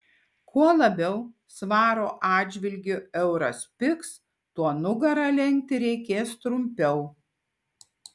kuo labiau svaro atžvilgiu euras pigs tuo nugarą lenkti reikės trumpiau